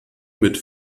mit